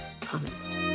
comments